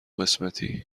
قسمتی